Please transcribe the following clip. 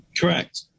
Correct